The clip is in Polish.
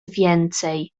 więcej